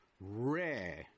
rare